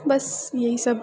बस इएह सब